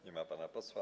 Nie ma pana posła.